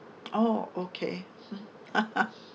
oh okay